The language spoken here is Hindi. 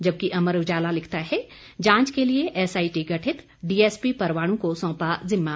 जबकि अमर उजाला लिखता है जांच के लिए एसआईटी गठित डीएसपी परवाणू को सौंपा जिम्मा